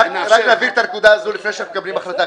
רק להבהיר את הנקודה הזו לפני שאנחנו מקבלים החלטה,